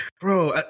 Bro